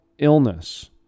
Illness